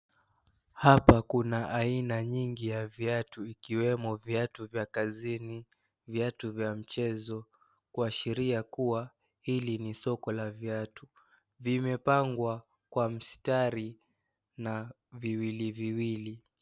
Hapa kuna aina nyingi ya viatu ikiwemo viatu vya kazini, viatu vya mchezo kuashiria kuwa hili ni soko la viatu. Vimepangwa kwa mstari na viwili viwili.